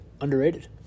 underrated